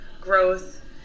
growth